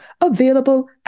available